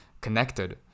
connected